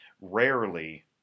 Rarely